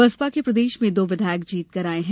बसपा के प्रदेश में दो विधायक जीत कर आये हैं